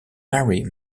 mary